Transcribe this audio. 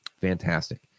Fantastic